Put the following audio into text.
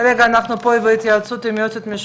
אנחנו רוצים לשמור על הערך הריאלי של הכסף,